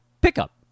pickup